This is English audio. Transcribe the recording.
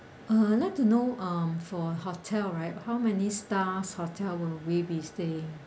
uh not to know um for hotel right how many stars hotel will we be stayed